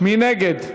מי נגד?